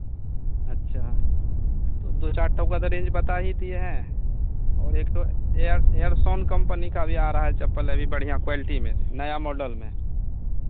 अच्छा तो दो चार ठो का तो रेंज बता ही दिए हैं और एक ठो एयर एयरसोन कंपनी का भी आ रहा है चप्पल अभी बढ़ियाँ क्वालिटी में नया मोडल में